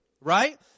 Right